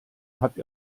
hat